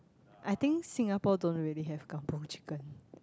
I think Singapore don't really have kampung chicken